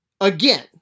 again